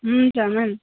हुन्छ म्याम